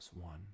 one